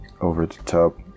over-the-top